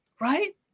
Right